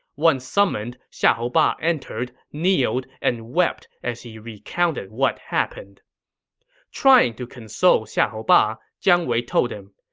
once summoned, xiahou ba entered, kneeled, and wept as he recounted what happened trying to console xiahou ba, jiang wei told him,